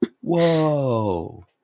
Whoa